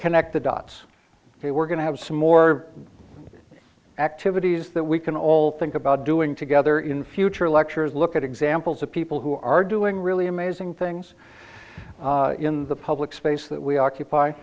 connect the dots here we're going to have some more activities that we can all think about doing together in future lectures look at examples of people who are doing really amazing things in the public space that we occup